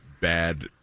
bad